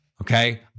Okay